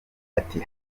ati